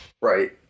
Right